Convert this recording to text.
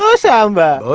so samba.